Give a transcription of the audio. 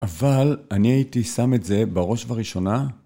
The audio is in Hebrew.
אבל אני הייתי שם את זה בראש ובראשונה?